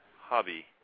hobby